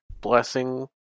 blessing